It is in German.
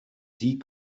die